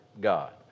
God